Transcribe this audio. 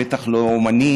בטח לא אומנים,